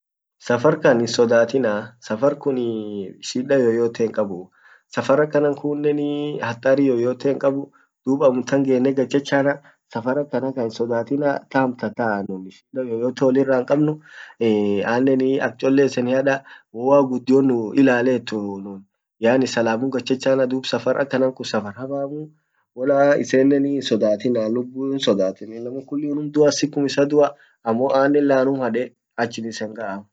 safar kan hinsodatinaaa safar kun shida yoyote hinkabuu safar akanankunnen ee hatari yoyote hinkabuu dub ammutan genne gad chachana safar akanatan hinsodatinaa tam tataa shida yoyote wollira hinkabnu annen ako cchole isenihada wowagudion nuilalet yaani salamun gad chachana dub safar akanan kun hamamu wala isenen hinsodatina lubbunhinsodaten inaman kullin unum duwa sikkum issa dua ammo annen lanum hade achin isen gaa